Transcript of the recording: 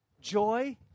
joy